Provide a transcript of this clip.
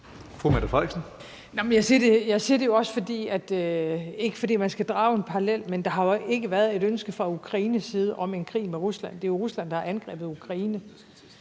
(S): Det er ikke, fordi man skal drage en parallel, men der har ikke været et ønske fra Ukraines side om en krig med Rusland; det er jo Rusland, der har angrebet Ukraine.